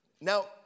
Now